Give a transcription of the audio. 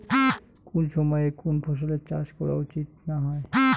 কুন সময়ে কুন ফসলের চাষ করা উচিৎ না হয়?